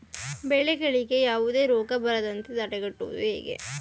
ಬೆಳೆಗಳಿಗೆ ಯಾವುದೇ ರೋಗ ಬರದಂತೆ ತಡೆಗಟ್ಟುವುದು ಹೇಗೆ?